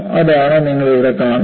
അതാണ് നിങ്ങൾ ഇവിടെ കാണുന്നത്